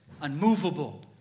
unmovable